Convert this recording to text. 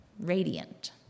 radiant